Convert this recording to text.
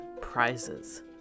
prizes